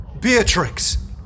Beatrix